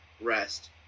Rest